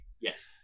Yes